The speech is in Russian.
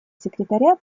секретаря